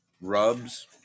Rubs